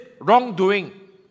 wrongdoing